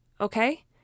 Okay